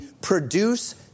produce